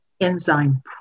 enzyme